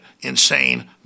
insane